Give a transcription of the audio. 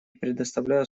предоставляю